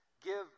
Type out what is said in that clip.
Give